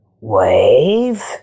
Wave